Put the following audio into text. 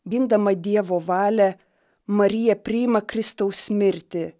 gindama dievo valią marija priima kristaus mirtį